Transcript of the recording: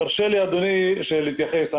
יורשה לי אדוני להתייחס.